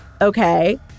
Okay